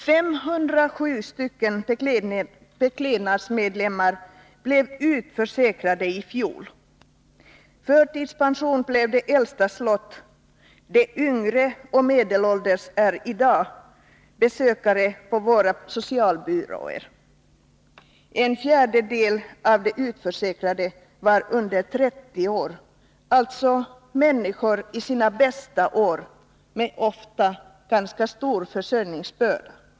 507 Beklädnadsmedlemmar blev utförsäkrade i fjol. Förtidspension blev de äldstas lott. De yngre och medelålders är i dag kunder på våra socialbyråer. En fjärdedel av de utförsäkrade var under 30 år, alltså människor i sina bästa år, med ofta ganska stor försörjningsbörda.